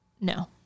No